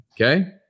Okay